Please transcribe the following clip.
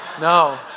no